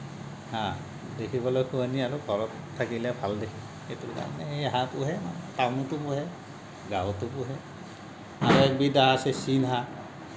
হা দেখিবলৈ শুৱনি আৰু ঘৰত থাকিলে ভাল দেখি সেইটো কাৰণে হাঁহ পোহে মানুহে টাউনতো পোহে গাঁৱতো পোহে আৰু এবিধ হাঁহ আছে চীন হাঁহ